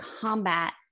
combat